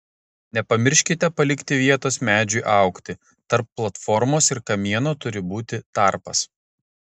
nepamirškite palikti vietos medžiui augti tarp platformos ir kamieno turi būti tarpas